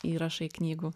įrašai knygų